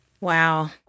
Wow